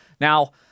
Now